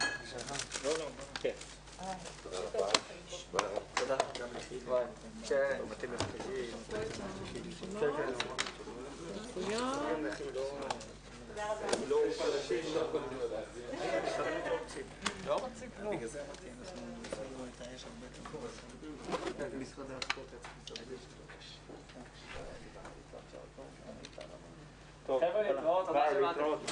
בשעה 13:06.